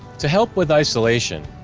to help with isolation,